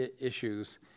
issues